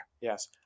Yes